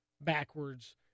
backwards